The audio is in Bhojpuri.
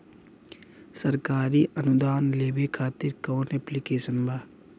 सरकारी अनुदान लेबे खातिर कवन ऐप्लिकेशन बा?